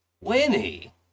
Winnie